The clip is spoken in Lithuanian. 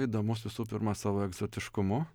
įdomus visų pirma savo egzotiškumu